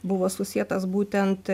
buvo susietas būtent